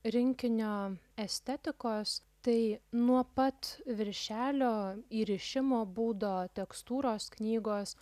rinkinio estetikos tai nuo pat viršelio įrišimo būdo tekstūros knygos